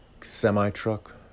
semi-truck